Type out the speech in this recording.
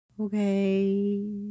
Okay